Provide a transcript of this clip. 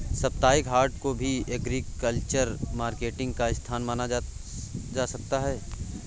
साप्ताहिक हाट को भी एग्रीकल्चरल मार्केटिंग का स्थान माना जा सकता है